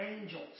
angels